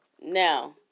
Now